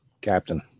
Captain